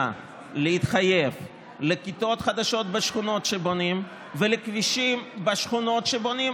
להתחייב לכיתות חדשות בשכונות שבונים ולכבישים בשכונות שבונים,